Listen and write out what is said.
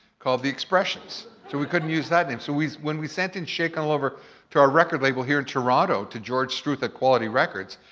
called the expressions. so we couldn't use that name, so when we sent in shaken all over to our record label here in toronto, to george struth at quality records,